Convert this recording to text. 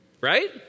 Right